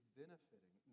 benefiting